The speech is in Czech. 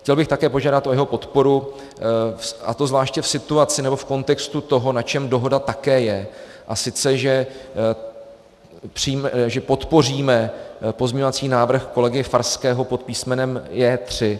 Chtěl bych také požádat o jeho podporu, a to zvláště v situaci nebo v kontextu toho, na čem dohoda také je, a sice že podpoříme pozměňovací návrh kolegy Farského pod písmenem J3.